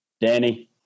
Danny